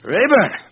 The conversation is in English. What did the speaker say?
Rayburn